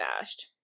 bashed